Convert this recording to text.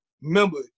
Remember